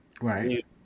Right